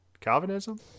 Calvinism